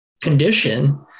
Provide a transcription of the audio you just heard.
condition